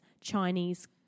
Chinese